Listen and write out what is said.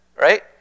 right